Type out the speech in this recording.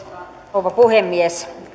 rouva puhemies